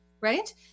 right